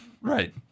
Right